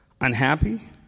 Unhappy